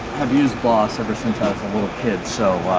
have used boss ever since i was a little kid, so